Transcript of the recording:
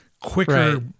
quicker –